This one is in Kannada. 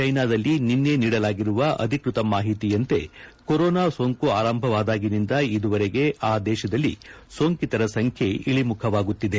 ಚೀನಾದಲ್ಲಿ ನಿನ್ನೆ ನೀಡಲಾಗಿರುವ ಅಧಿಕೃತ ಮಾಹಿತಿಯಂತೆ ಕೊರೋನಾ ಸೋಂಕು ಆರಂಭವಾದಾಗಿನಿಂದ ಇದುವರೆಗೆ ಆ ದೇಶದಲ್ಲಿ ಸೋಂಕಿತರ ಸಂಖ್ಯೆ ಇಳಿಮುಖವಾಗುತ್ತಿದೆ